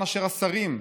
יען אשר השרים,